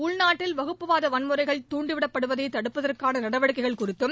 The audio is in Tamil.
உள்நாட்டில் வகுப்புவாத வன்முறைகள் துண்டிவிடப்படுவதைத் தடுப்பதற்கான நடவடிக்கைகள் குறித்தும்